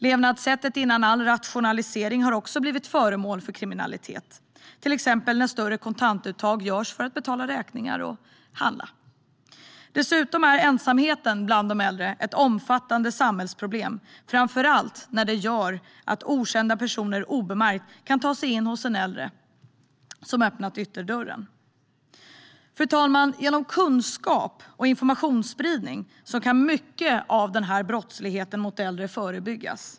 Levnadssättet innan all rationalisering har också blivit föremål för kriminalitet, till exempel när större kontantuttag görs för att betala räkningar och handla. Dessutom är ensamheten bland de äldre ett omfattande samhällsproblem, framför allt när den gör att okända personer obemärkt kan ta sig in hos en äldre som har öppnat ytterdörren. Fru talman! Genom kunskap och informationsspridning kan mycket av brottsligheten mot äldre förebyggas.